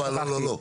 לא,